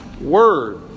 word